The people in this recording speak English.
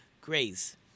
graze